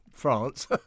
France